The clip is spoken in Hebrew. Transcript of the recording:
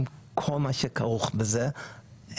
עם כל מה שכרוך בזה,